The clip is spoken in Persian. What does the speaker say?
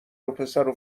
وپسرو